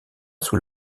sous